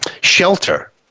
shelter